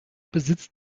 besitzt